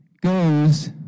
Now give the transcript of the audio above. goes